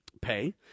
pay